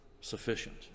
sufficient